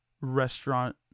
restaurant –